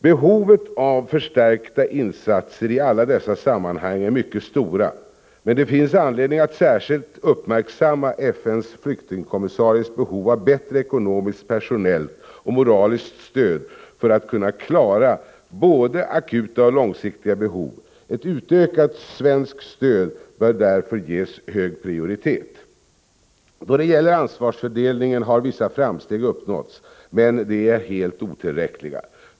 Behovet av förstärkta insatser i alla dessa sammanhang är mycket stora, men det finns anledning att särskilt uppmärksamma FN:s flyktingkommissaries behov av bättre ekonomiskt, personellt och moraliskt stöd för att Kunna klara både akuta och långsiktiga behov. Ett utökat svenskt stöd bör därför ges hög prioritet. Då det gäller ansvarsfördelningen har vissa framsteg uppnåtts. Men de är helt otillräckliga.